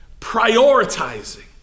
Prioritizing